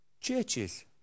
churches